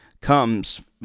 comes